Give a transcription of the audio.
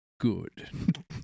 good